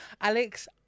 Alex